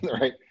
right